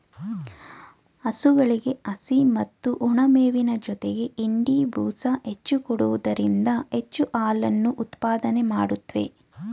ಹಸುಗಳಿಗೆ ಹಸಿ ಮತ್ತು ಒಣಮೇವಿನ ಜೊತೆಗೆ ಹಿಂಡಿ, ಬೂಸ ಹೆಚ್ಚು ಕೊಡುವುದರಿಂದ ಹೆಚ್ಚು ಹಾಲನ್ನು ಉತ್ಪಾದನೆ ಮಾಡುತ್ವೆ